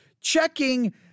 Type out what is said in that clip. checking